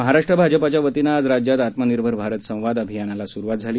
महाराष्ट्र भाजपाच्या वतीनं आज राज्यात आत्मनिर्भर भारत संवाद अभियानाला सुरुवात झाली